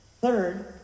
Third